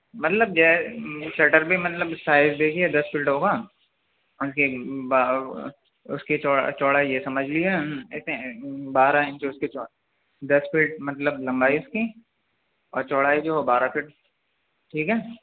مطلب شٹر بھی مطلب سائز دیکھیے دس فٹ ہوگا ان کی اس کی چوڑائی یہ سمجھ لیجیے ایسے بارہ انچ اس کی دس فٹ مطلب لمبائی اس کی اور چوڑائی جو ہو بارہ فٹ ٹھیک ہے